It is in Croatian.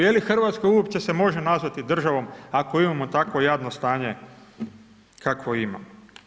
Je li Hrvatska uopće se može nazvati državom ako imamo takvo jadno stanje kakvo imamo?